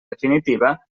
definitiva